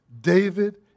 David